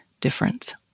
difference